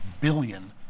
billion